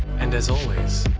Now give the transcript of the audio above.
and as always,